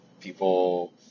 people